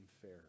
fair